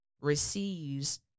receives